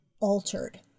altered